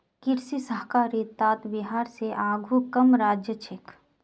कृषि सहकारितात बिहार स आघु कम राज्य छेक